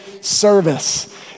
service